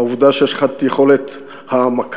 העובדה שיש לך יכולת ההעמקה,